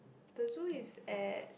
the zoo is at